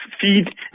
feed